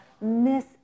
miss